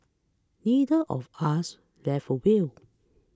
neither of us left a will